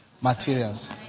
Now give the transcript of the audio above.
materials